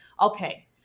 okay